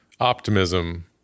optimism